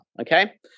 okay